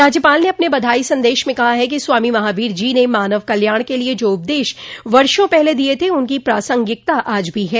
राज्यपाल ने अपने बधाई सन्देश में कहा है कि स्वामी महावीर जो ने मानव कल्याण के लिये जो उपदेश वर्षों पहले दिये थे उनकी प्रासंगिकता आज भी है